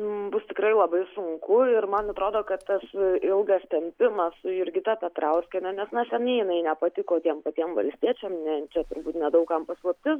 bus tikrai labai sunku ir man atrodo kad tas ilgas tempimas su jurgita petrauskiene nes na seniai jinai nepatiko tiem patiem valstiečiam na čia turbūt nedaug kam paslaptis